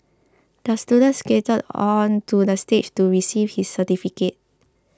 the student skated onto the stage to receive his certificate